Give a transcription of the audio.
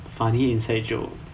funny inside joke